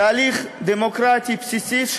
תהליך דמוקרטי בסיסי,